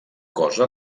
cosa